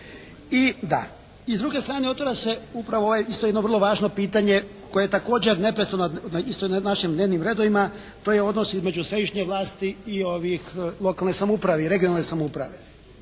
I s druge strane otvara se upravo ovo jedno vrlo važno pitanje koje je također neprestano isto na našim dnevnim redovima, to je odnos između središnje vlasti i lokalne samouprave i regionalne samouprave.